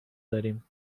داریم